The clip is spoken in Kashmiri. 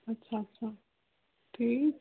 اَچھا اَچہا ٹھیٖک ٹھیٖک